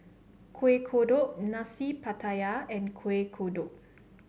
Kueh Kodok Nasi Pattaya and Kueh Kodok